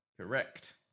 Correct